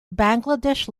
bangladesh